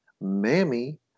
Mammy